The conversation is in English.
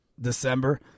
December